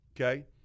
okay